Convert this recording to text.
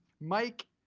Mike